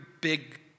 big